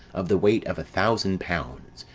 of the weight of a thousand pounds,